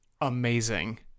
amazing